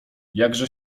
jakże